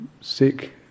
sick